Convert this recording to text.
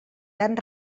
tan